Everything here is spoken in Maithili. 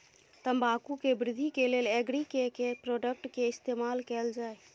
तम्बाकू केँ वृद्धि केँ लेल एग्री केँ के प्रोडक्ट केँ इस्तेमाल कैल जाय?